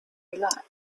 relaxed